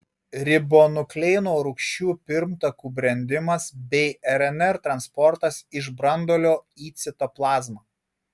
ribonukleino rūgščių pirmtakų brendimas bei rnr transportas iš branduolio į citoplazmą